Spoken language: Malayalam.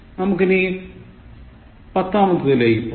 നമുക്ക് ഇനി പത്താമത്തെതിലേക്ക് പോകാം